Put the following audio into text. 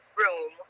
room